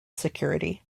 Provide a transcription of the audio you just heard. security